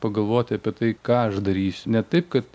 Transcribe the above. pagalvot apie tai ką aš darysiu ne taip kad